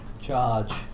Charge